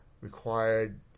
required